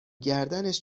گردنش